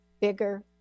bigger